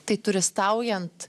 tai turistaujent